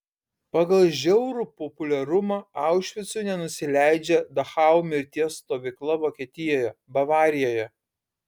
pagal žiaurų populiarumą aušvicui nenusileidžia dachau mirties stovykla vokietijoje bavarijoje